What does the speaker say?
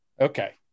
okay